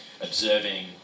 observing